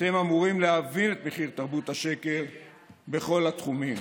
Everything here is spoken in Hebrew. אתם אמורים להבין את מחיר תרבות השקר בכל התחומים.